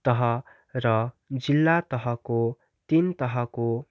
तह र जिल्ला तहको तिन तहको